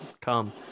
come